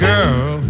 Girl